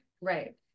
Right